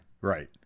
Right